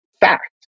fact